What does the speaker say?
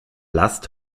last